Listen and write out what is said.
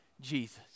Jesus